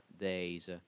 days